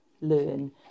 learn